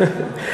48' זה יהיה,